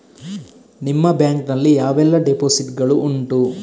ನಿಮ್ಮ ಬ್ಯಾಂಕ್ ನಲ್ಲಿ ಯಾವೆಲ್ಲ ಡೆಪೋಸಿಟ್ ಗಳು ಉಂಟು?